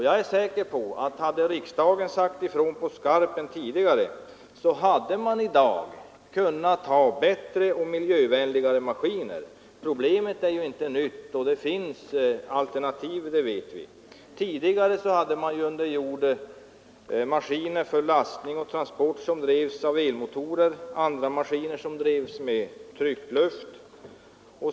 Jag är säker på att hade riksdagen sagt ifrån på skarpen tidigare, hade det i dag funnits bättre och mera miljövänliga maskiner i gruvorna. Problemet är inte nytt, och att det finns alternativ vet vi. Tidigare hade man under jord maskiner för lastning och transport vilka drevs av elmotorer och andra maskiner som drevs med tryckluft.